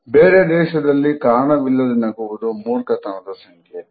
ಬೇರೆ ದೇಶಗಳಲ್ಲಿ ಕಾರಣವಿಲ್ಲದೆ ನಗುವುದು ಮೂರ್ಖತನದ ಸಂಕೇತ